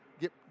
get